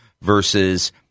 versus